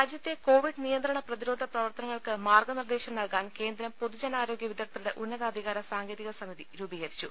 രാജ്യത്തെ കോവിഡ് നിയന്ത്രണ പ്രതിരോധ പ്രവർത്തന ങ്ങൾക്ക് മാർഗ്ഗ നിർദ്ദേശം നൽകാൻ കേന്ദ്രം പൊതുജനാരോഗ്യ വിദഗ്ദ്ധരുടെ ഉന്നതാധികാര സാങ്കേതിക സമിതി രൂപീകരിച്ചു